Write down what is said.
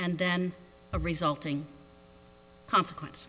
and then a resulting consequence